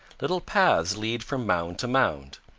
little paths lead from mound to mound.